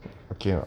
okay or not